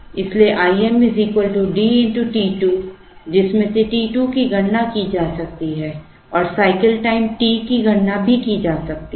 इसलिए Im D t 2 जिसमें से t 2 की गणना की जा सकती है और साइकिल टाइम t की गणना भी की जा सकती है